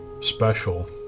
special